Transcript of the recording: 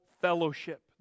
fellowship